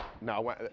no